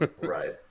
Right